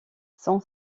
son